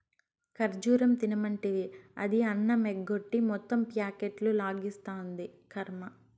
ఖజ్జూరం తినమంటివి, అది అన్నమెగ్గొట్టి మొత్తం ప్యాకెట్లు లాగిస్తాంది, కర్మ